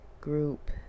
group